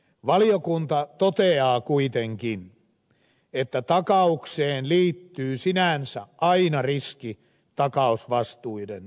valiokunta toteaa kuitenkin että takaukseen liittyy sinänsä aina riski takausvastuiden realisoitumisesta